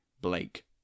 Blake